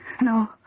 No